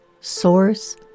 source